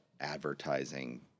advertising